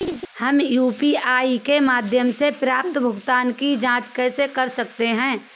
हम यू.पी.आई के माध्यम से प्राप्त भुगतान की जॉंच कैसे कर सकते हैं?